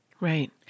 Right